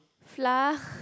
flour